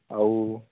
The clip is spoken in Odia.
ଆଉ